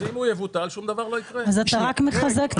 אז אתה רק מחזק את החקיקה הזאת.